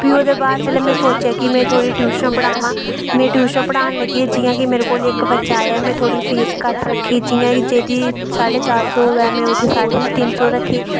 फ्ही ओह्दे बाद जिसलै में सोचेआ कि में टयूशन पढ़ावां जियां कि मेरे कोल इक बच्चा आया में थोह्ड़ी फीस घट्ट रक्खी जेह्दी साड्डे चार सौ ही में ओह्दी साड्डे तिन्न सौ गै रक्खी